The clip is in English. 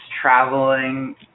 traveling